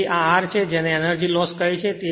તેથી આ r છે જેને એનર્જી લોસ કહે છે